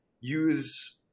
use